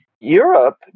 europe